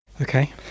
Okay